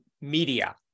media